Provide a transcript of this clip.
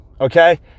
okay